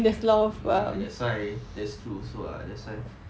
ah that's why that's true also lah that's why